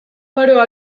però